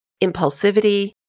impulsivity